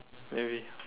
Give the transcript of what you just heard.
maybe